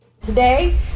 Today